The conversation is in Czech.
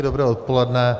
Dobré odpoledne.